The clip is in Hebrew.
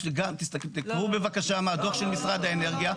תקראו בבקשה מהדוח של משרד האנרגיה.